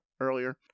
earlier